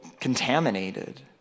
contaminated